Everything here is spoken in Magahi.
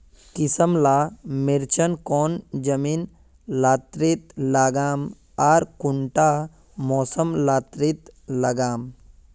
किसम ला मिर्चन कौन जमीन लात्तिर लगाम आर कुंटा मौसम लात्तिर लगाम?